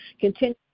continue